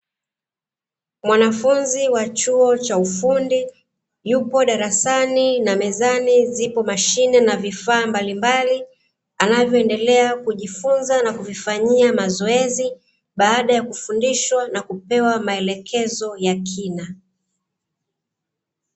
Mwanafunzi wa chuo cha ufundi, yupo darasani na mezani zipo mashine na vifaa mbalimbali, anavyoendelea kujifunza na kuvifanyia mazoezi, baada ya kufundishwa na kupewa maelekezo ya kina.